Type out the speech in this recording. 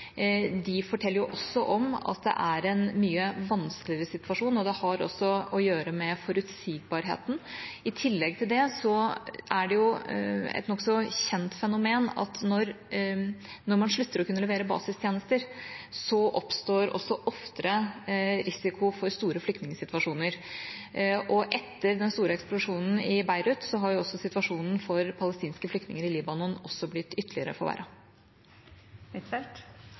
De forteller at det er en mye vanskeligere situasjon, og det har også å gjøre med forutsigbarheten. I tillegg til det er det et nokså kjent fenomen at når man slutter å kunne levere basistjenester, oppstår også oftere risiko for store flyktningsituasjoner. Og etter den store eksplosjonen i Beirut har også situasjonen for palestinske flyktninger i Libanon blitt ytterligere